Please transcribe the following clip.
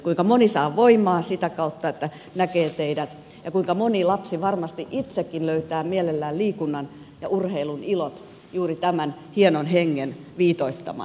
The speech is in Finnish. kuinka moni saa voimaa sitä kautta että näkee teidät ja kuinka moni lapsi varmasti itsekin löytää mielellään liikunnan ja urheilun ilot juuri tämän hienon hengen viitoittamana